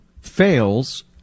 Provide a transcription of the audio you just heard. fails